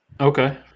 okay